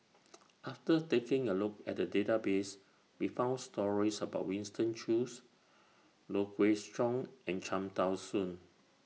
after taking A Look At The Database We found stories about Winston Choos Low Kway Song and Cham Tao Soon